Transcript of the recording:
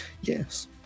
Yes